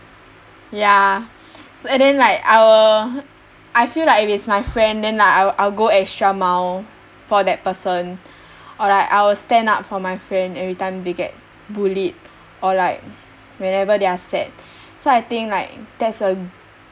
ya and then like I will I feel like if it's my friend then like I'll I will go extra mile for that person or like I'll stand up for my friend every time they get bullied or like whenever they are sad so I think like that's a